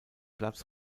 platz